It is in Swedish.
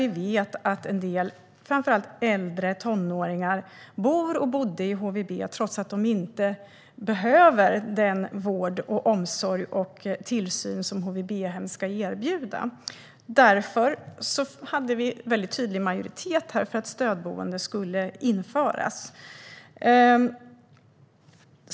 Vi vet ju att en del framför allt äldre tonåringar bor och bodde i HVB, trots att de inte behöver den vård, omsorg och tillsyn som HVB-hem ska erbjuda. Därför fanns här en väldigt tydlig majoritet för att stödboende skulle införas.